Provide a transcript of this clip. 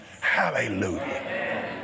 Hallelujah